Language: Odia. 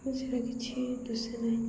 କିଛି ଦିଶେ ନାହିଁ